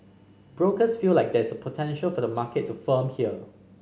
brokers feel like there is potential for the market to firm here